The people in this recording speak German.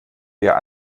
wir